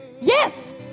Yes